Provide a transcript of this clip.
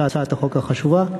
על הצעת החוק החשובה.